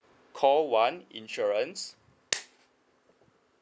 call one insurance